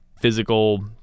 physical